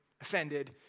offended